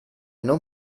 non